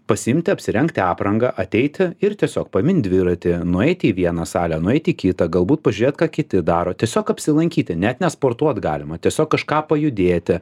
pasiimti apsirengti aprangą ateiti ir tiesiog pamint dviratį nueiti į vieną salę nueiti į kitą galbūt pažiūrėt ką kiti daro tiesiog apsilankyti net ne sportuot galima tiesiog kažką pajudėti